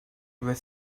were